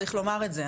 צריך לומר את זה,